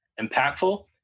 impactful